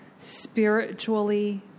Spiritually